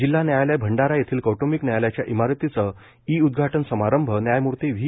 जिल्हा न्यायालय भंडारा येथील कौट्बिक न्यायालयाच्या इमारतीचं ई उद्घाटन समारंभ न्यायमूर्ती व्ही